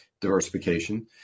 diversification